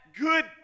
good